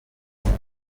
تحقیر